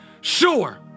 Sure